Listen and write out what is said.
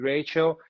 Rachel